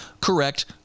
correct